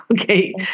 Okay